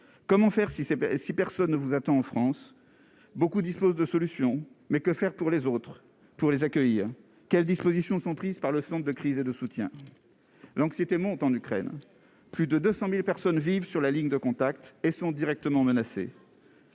comment faire si c'est si personne ne vous attend en France beaucoup disposent de solutions, mais que faire pour les autres, pour les accueillir, quelles dispositions sont prises par le Centre de crise et de soutien, l'anxiété monte en Ukraine, plus de 200000 personnes vivent sur la ligne de contact et sont directement menacés,